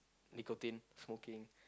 nicotine smoking